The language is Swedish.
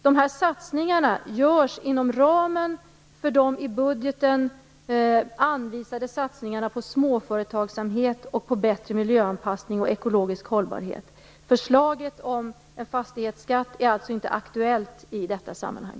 Dessa satsningar görs inom ramen för de i budgeten anvisade satsningarna på småföretagsamhet och på bättre miljöanpassning och ekologisk hållbarhet. Förslaget om en fastighetsskatt är alltså inte aktuellt i detta sammanhang.